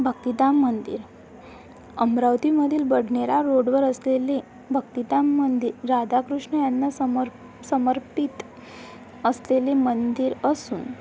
भक्तिधाम मंदिर अमरावतीमधील बडनेरा रोडवर असलेले भक्तिधाम मंदिर राधाकृष्ण यांना समर समर्पित असलेले मंदिर असून